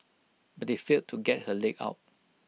but they failed to get her leg out